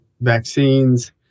vaccines